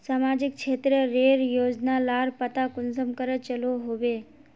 सामाजिक क्षेत्र रेर योजना लार पता कुंसम करे चलो होबे?